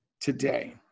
today